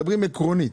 מדברים עקרונית.